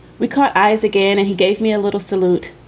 we caught eyes again and he gave me a little salute.